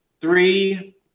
Three